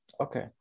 Okay